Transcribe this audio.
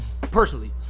personally